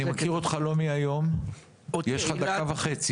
אני מכיר אותך לא מהיום, יש לך דקה וחצי.